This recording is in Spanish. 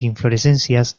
inflorescencias